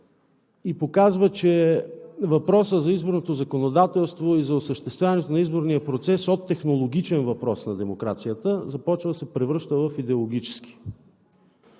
и показва, че въпросът за изборното законодателство и за осъществяването на изборния процес от технологичен въпрос на демокрацията започва да се превръща в идеологически.